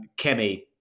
Kemi